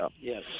Yes